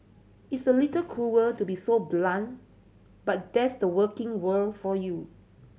it's a little cruel to be so blunt but that's the working world for you